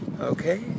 Okay